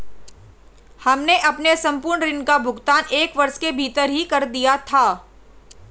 हमने अपने संपूर्ण ऋण का भुगतान एक वर्ष के भीतर ही कर दिया था